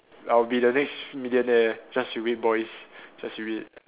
I'll be the next millionaire just you wait boys just you wait